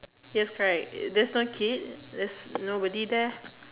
yes correct there's a kid there's nobody there